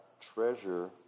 treasure